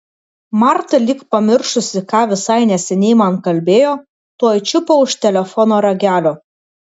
marta lyg pamiršusi ką visai neseniai man kalbėjo tuoj čiupo už telefono ragelio